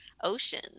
Ocean